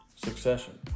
Succession